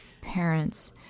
parents